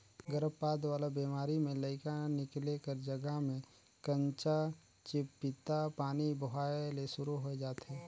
गरभपात वाला बेमारी में लइका निकले कर जघा में कंचा चिपपिता पानी बोहाए ले सुरु होय जाथे